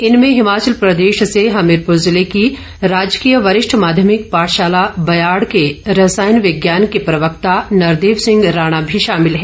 इनमें हिमाचल प्रदेश से हर्मीरपुर जिले की राजकीय वरिष्ठ माध्यमिक पाठशाला ब्याड़ के रसायन विज्ञान के प्रवक्ता नरदेव सिंह राणा भी शामिल हैं